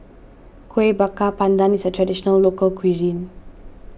Kuih Bakar Pandan is a Traditional Local Cuisine